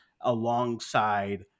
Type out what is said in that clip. alongside